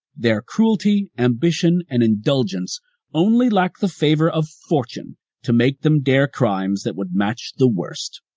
their cruelty, ambition, and indulgence only lack the favor of fortune to make them dare crimes that would match the worst.